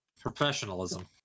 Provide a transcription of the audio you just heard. Professionalism